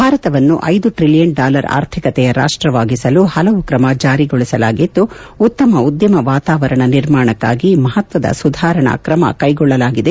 ಭಾರತವನ್ನು ಐದು trillion dollar ಆರ್ಥಿಕತೆಯ ರಾಷ್ಷವಾಗಿಸಲು ಪಲವು ಕ್ರಮ ಜಾರಿಗೊಳಿಸಲಾಗಿದ್ದು ಉತ್ತಮ ಉದ್ದಮ ವಾತಾವರಣ ನಿರ್ಮಾಣಕ್ಕಾಗಿ ಮಪತ್ವದ ಸುಧಾರಣಾ ಕ್ರಮ್ ಕೈಗೊಳ್ಳಲಾಗಿದೆ